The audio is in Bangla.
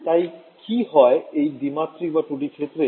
তাই কি হয় এই দ্বিমাত্রিক ক্ষেত্রে